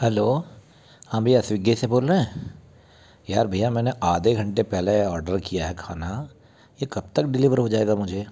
hello हाँ भय्या Swiggy से बोल रए हैं यार भय्या मैंने आधे घंटे पहले ऑडर किया है खाना ये कब तक डिलिवर हो जाएगा मुझे